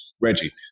Reggie